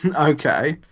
Okay